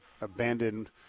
abandoned